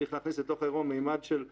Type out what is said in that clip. וצריך להכניס לתוך האירוע ממד של סבלנות.